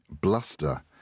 bluster